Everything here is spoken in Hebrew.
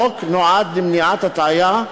החוק נועד למניעת הטעיה,